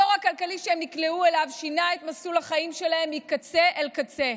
הבור הכלכלי שהם נקלעו אליו שינה את מסלול החיים שלהם מקצה אל קצה.